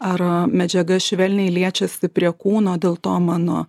ar medžiaga švelniai liečiasi prie kūno dėl to mano